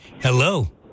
Hello